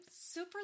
super